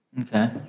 Okay